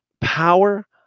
power